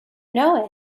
know